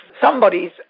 somebody's